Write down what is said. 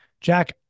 jack